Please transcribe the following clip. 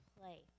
play